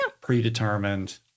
predetermined